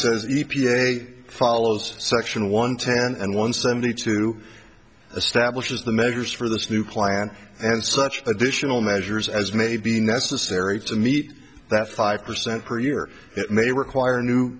says e p a follows section one ten and one seventy two establishes the measures for this new plan and such additional measures as may be necessary to meet that five percent per year it may require new